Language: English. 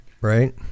Right